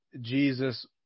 Jesus